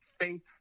faith